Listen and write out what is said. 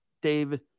David